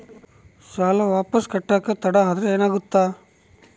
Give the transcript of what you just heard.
ಸಾಲ ವಾಪಸ್ ಕಟ್ಟಕ ತಡ ಆದ್ರ ಏನಾಗುತ್ತ?